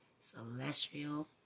celestial